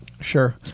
Sure